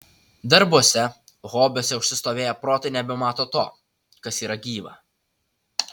darbuose hobiuose užsistovėję protai nebemato to kas yra gyva